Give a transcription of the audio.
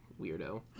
weirdo